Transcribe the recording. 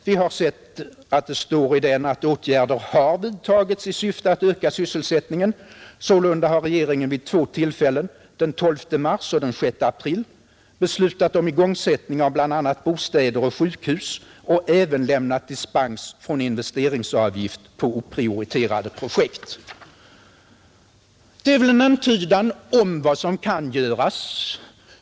Vi har sett att det står i den att åtgärder har vidtagits i syfte att öka sysselsättningen. Sålunda har regeringen vid två tillfällen — den 12 mars och den 6 april — beslutat om igångsättning av byggande av bl.a. bostäder och sjukhus och även lämnat dispens från investeringsavgiften på oprioriterade projekt. Det är väl en antydan om vad som kan göras.